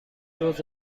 دُز